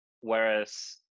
whereas